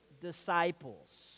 disciples